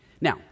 Now